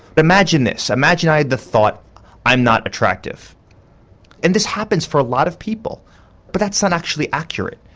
imagine this, imagine i had the thought i'm not attractive and this happens for a lot of people but that's not actually accurate.